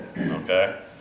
Okay